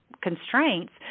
constraints